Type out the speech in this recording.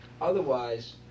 Otherwise